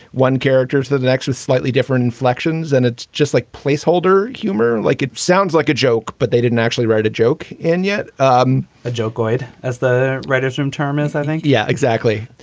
one characters that and actually slightly different inflections. and it's just like placeholder humor, like it sounds like a joke, but they didn't actually write a joke in yet. um a joke, lloyd, as the writers from terminus, i think. yeah, exactly.